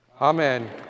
Amen